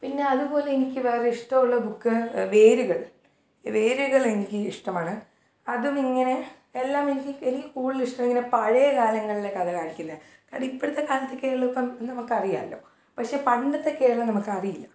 പിന്നെ അതുപോലെ എനിക്ക് വേറെ ഇഷ്ടമുള്ള ബുക്ക് വേരുകൾ വേരുകളെനിക്ക് ഇഷ്ടമാണ് അതുമിങ്ങനെ എല്ലാമെനിക്ക് എനിക്ക് കൂടുതലിഷ്ടം ഇങ്ങനെ പഴയ കാലങ്ങളിലെ കഥ കാണിക്കുന്നത് കാരണം ഇപ്പോഴത്തെ കാലത്തൊക്കെ കേരളം നമുക്കറിയാമല്ലോ പക്ഷേ പണ്ടത്തെ കേരളം നമുക്കറിയില്ല